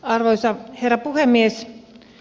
arvoisa herra puhemies